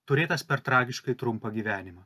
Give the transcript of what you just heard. turėtas per tragiškai trumpą gyvenimą